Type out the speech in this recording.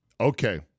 Okay